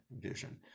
vision